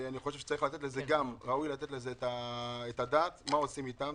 אני חושב שגם ראוי לתת לזה את הדעת מה עושים איתם.